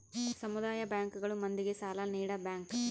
ಸಮುದಾಯ ಬ್ಯಾಂಕ್ ಗಳು ಮಂದಿಗೆ ಸಾಲ ನೀಡ ಬ್ಯಾಂಕ್